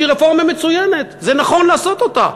שהיא רפורמה מצוינת וזה נכון לעשות אותה.